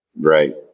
right